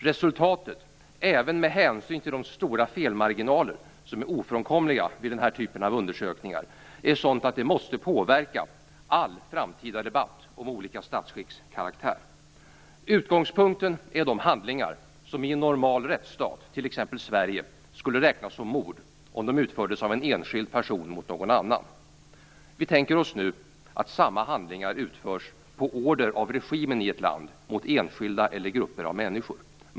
Resultatet, även med hänsyn till de stora felmarginaler som är ofrånkomliga vid denna typ av undersökningar, är sådant att det måste påverka all framtida debatt om olika statsskicks karaktär. Utgångspunkten är de handlingar som i en normal rättsstat, t.ex. i Sverige, skulle räknas som mord om de utfördes av en enskild person mot någon annan. Vi tänker oss nu att samma handlingar utförs på order av regimen i ett land mot enskilda eller grupper av människor.